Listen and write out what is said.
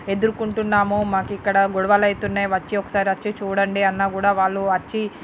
ఎదుర్కొంటున్నాము మాకు ఇక్కడ గొడవలు అవుతున్నాయి వచ్చి ఒకసారి వచ్చి చూడండి అన్న కూడా వాళ్ళు వచ్చి